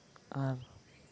ᱟᱨ